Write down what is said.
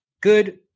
good